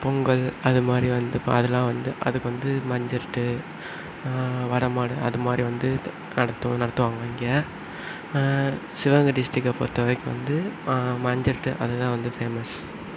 பொங்கல் அதுமாதிரி வந்து அதுலாம் வந்து அதுக்கு வந்து மஞ்சருட்டு வர மாடு அதமாதிரி வந்து நடத்துவோம் நடத்துவாங்க இங்கே சிவகங்கை டிஸ்ட்ரிக்கை பொறுத்தவரைக்கும் வந்து மஞ்சிருட்டு அதுதான் வந்து ஃபேமஸ்